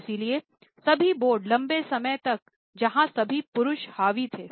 इसलिए सभी बोर्ड लंबे समय तक जहां सभी पुरुष हावी थे